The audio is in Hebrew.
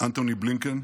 אנתוני בלינקן,